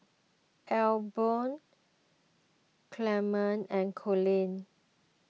Albion Clement and Collin